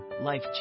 life